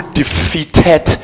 defeated